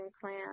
plan